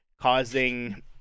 causing